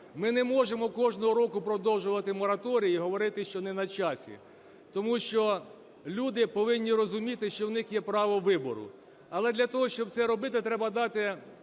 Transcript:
Ми не можемо кожного року продовжувати мораторій і говорити, що не на часі. Тому що люди повинні розуміти, що в них є право вибору. Але для того, щоб це робити, треба дати